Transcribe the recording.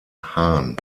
hahn